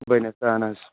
بٔنِتھ اہن حظ